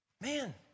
Man